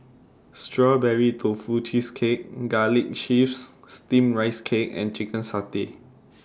Strawberry Tofu Cheesecake Garlic Chives Steamed Rice Cake and Chicken Satay